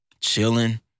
chilling